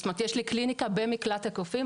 יש לי קליניקה במקלט הקופים,